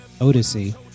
Odyssey